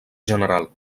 general